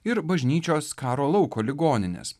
ir bažnyčios karo lauko ligoninės